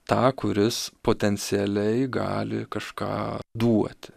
tą kuris potencialiai gali kažką duoti